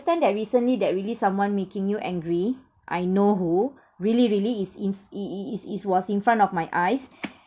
that recently that really someone making you angry I know who really really is in f~ it it it it was in front of my eyes